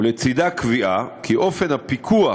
לצדה קביעה כי אופן הפיקוח